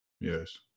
Yes